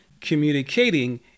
Communicating